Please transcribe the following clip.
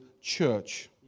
church